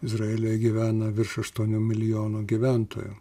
izraelyje gyvena virš aštuonių milijonų gyventojų